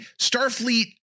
starfleet